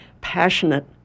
passionate